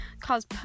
cause